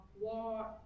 war